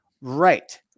Right